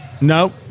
no